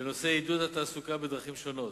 לנושא עידוד התעסוקה בדרכים שונות,